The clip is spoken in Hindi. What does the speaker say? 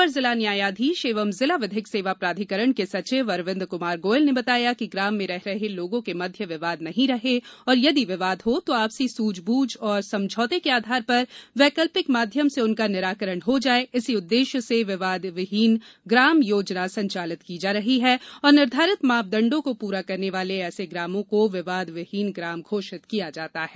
अपर जिला न्यायाधीश व जिला विधिक सेवा प्राधिकरण के सचिव अरविन्द क्मार गोयल ने बताया कि ग्राम में रह रहे लोगों के मध्य विवाद नहीं रहे और यदि विवाद हो तो आपसी सूझबूझ व समझौते के आधार पर वैकल्पिक माध्यम से उनका निराकरण हो जाये इसी उद्देश्य से विवादविहीन ग्राम योजना संचालित की जा रही है और निर्धारित मापदंडों को पूरा करने वाले ऐसे ग्रामों को विवादविहीन ग्राम घोषित किया जाता है